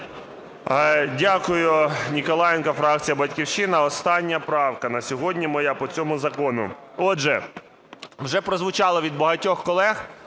Дякую. Ніколаєнко фракція "Батьківщина". Остання правка на сьогодні моя по цьому закону. Отже, вже прозвучала від багатьох колег